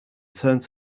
turned